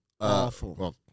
Awful